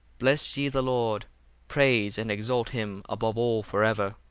bless ye the lord praise and exalt him above all for ever.